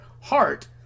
heart